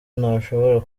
ntashobora